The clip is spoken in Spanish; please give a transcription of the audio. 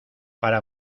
para